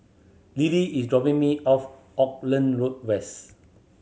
Lilly is dropping me off Auckland Road West